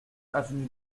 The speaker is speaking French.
avenue